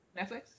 Netflix